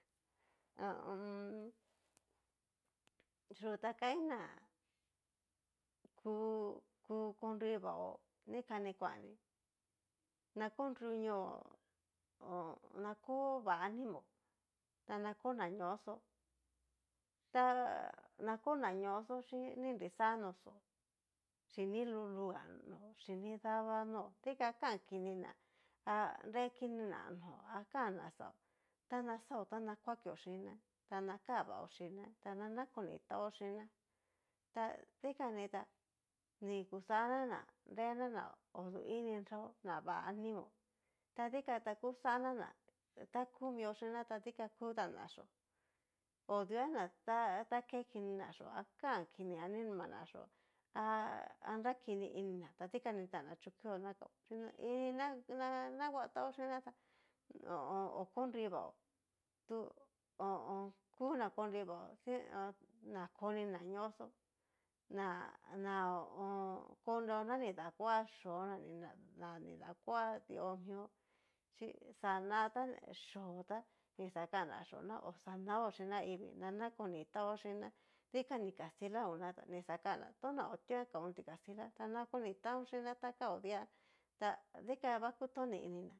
Ha u un. yú ta kain ná kú konrivao nikani kuani na konruño na kó vá animaó, tana kó nañoxó ta na ko nañoxo xhíin ni nrixano xó xin ni luluga no xin ni daba nó dika kankinina a nrekinina nó akan'na xao, ta naxao ta na kuakio xhina ta kavo xhina ta ná nakonitáo xhiná ta dikani tá ni kuxana na odu ini nrao na va animao, ta dika kuxana ná ta ku mio xhina ta dikan kutaná xhío odua na ta kekinina xhio a kanki animana xhio anra kini ininá ta dikan nachukio na kao ini na nakuatao xhína tá ho o on. oko nrui vaó chí na koni nñoxó ña na ho o on. koneo ña ni dakua xhió na ña ni dakua di'o mio chín xana ta xhió ta ni xakana xhío xa nao chín naivii na nkonitaó xinná dikan dikastina nguna ta ni xakana tóna otuaon kaoón dikastila, ta dikan va kutoni inina.